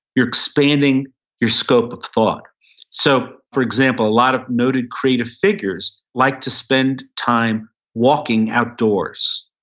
you're expanding your scope of thought so for example, a lot of noted creative figures like to spend time walking outdoors.